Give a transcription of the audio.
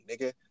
nigga